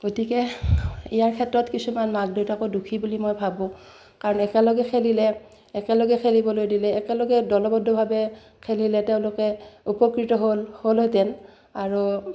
গতিকে ইয়াৰ ক্ষেত্ৰত কিছুমান মাক দেউতাকো দোষী বুলি মই ভাবোঁ কাৰণ একেলগে খেলিলে একেলগে খেলিবলৈ দিলে একেলগে দলবদ্ধভাৱে খেলিলে তেওঁলোকে উপকৃত হ'ল হ'লহেতেন আৰু